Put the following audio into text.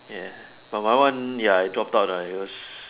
ya but my one ya I drop out lah because